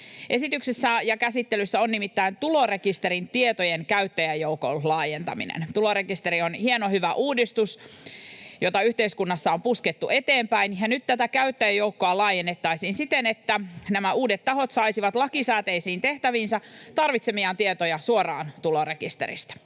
Esityksessä ja käsittelyssä on nimittäin tulorekisterin tietojen käyttäjäjoukon laajentaminen. Tulorekisteri on hieno, hyvä uudistus, jota yhteiskunnassa on puskettu eteenpäin, ja nyt tätä käyttäjäjoukkoa laajennettaisiin siten, että nämä uudet tahot saisivat lakisääteisiin tehtäviinsä tarvitsemiaan tietoja suoraan tulorekisteristä.